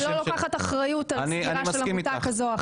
אני לא לוקחת אחריות על סגירה של עמותה כזאת או אחרת.